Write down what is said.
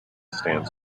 stands